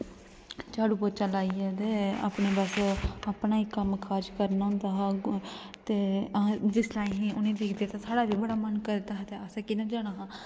झाड़ू पोह्चा लाइयै ते अपने बस अपना ई कम्म काज़ करना होंदा हा ते जिसलै असें ई उ'नें ई दिक्खदे ते साढ़ा बी बड़ा मन करदा हा ते असें कि'यां जाना हा